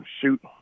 shoot